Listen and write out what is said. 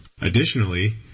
Additionally